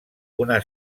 una